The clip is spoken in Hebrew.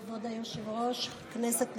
כבוד היושב-ראש, כנסת נכבדה,